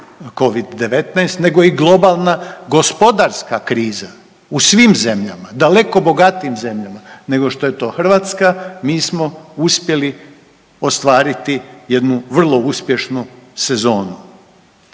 Covid-19 nego i globalna gospodarska kriza u svim zemljama, daleko bogatijim zemljama nego što je to Hrvatska mi smo uspjeli ostvariti jednu vrlo uspješnu sezonu.